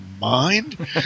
mind